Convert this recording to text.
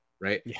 right